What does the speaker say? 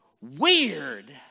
weird